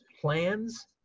plans